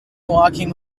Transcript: walking